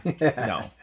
no